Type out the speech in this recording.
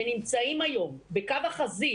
שנמצאים היום בקו החזית